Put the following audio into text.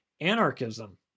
anarchism